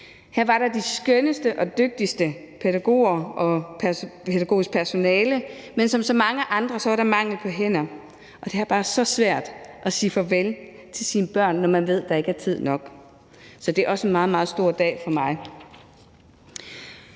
Her var der de skønneste og dygtigste pædagoger og pædagogisk personale, men som så mange andre steder var der mangel på hænder, og det er bare så svært at sige farvel til sine børn, når man ved, at der ikke er tid nok. Så det er også en meget, meget stor dag for mig.